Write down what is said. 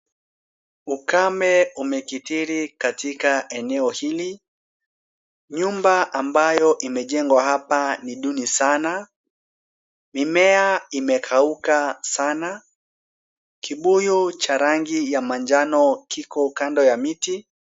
Ukame umekithiri katika eneo hili. Nyumba ambayo imejengwa hapa ni duni sana. Mimea imekauka sana. Kibuyu cha rangi ya manjano kiko kando ya miti.